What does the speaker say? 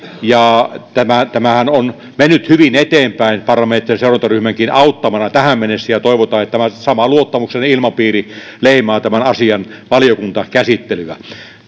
ja tämähän tämähän on mennyt hyvin eteenpäin parlamentaarisen seurantaryhmänkin auttamana tähän mennessä ja toivotaan että tämä sama luottamuksen ilmapiiri leimaa asian valiokuntakäsittelyä